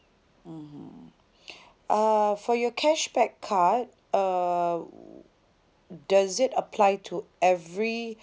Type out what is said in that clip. mmhmm uh for your cashback card uh does it apply to every